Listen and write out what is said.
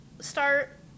start